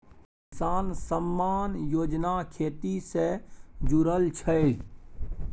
किसान सम्मान योजना खेती से जुरल छै